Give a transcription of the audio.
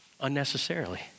unnecessarily